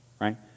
Right